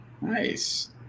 Nice